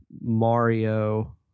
Mario